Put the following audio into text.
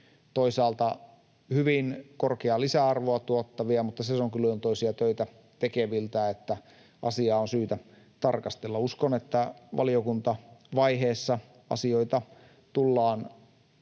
toisaalta hyvin korkeaa lisäarvoa tuottavia mutta sesonkiluontoisia töitä tekeviltä, että asiaa on syytä tarkastella. Uskon, että valiokuntavaiheessa asioita tullaan monista